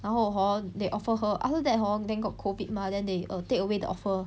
然后 hor they offer her after that hor then got COVID mah then they err take away the offer